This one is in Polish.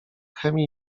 chemii